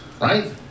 right